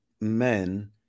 men